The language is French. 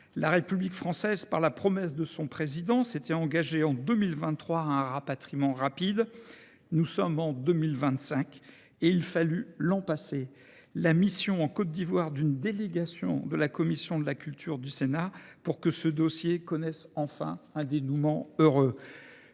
La République française, par la promesse de son président, s'était engagée en 2023 à un rapatriement rapide. Nous sommes en 2025 et il fallut l'an passé la mission en Côte d'Ivoire d'une délégation de la Commission de la Culture du Sénat pour que ce dossier connaisse enfin un dénouement heureux.